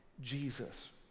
Jesus